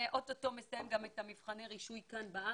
או-טו-טו מסיים את מבחני הרישוי כאן בארץ.